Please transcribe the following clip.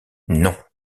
non